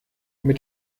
mit